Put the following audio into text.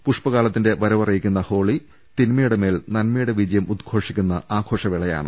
പുഷ്പ കാലത്തിന്റെ വരവറിയിക്കുന്ന ഹോളി തിന്മയുടെമേൽ നന്മയുടെ വിജയം ഉദ്ഘോഷിക്കുന്ന ആഘോഷവേളയാണ്